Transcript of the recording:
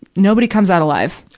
nobody comes out alive.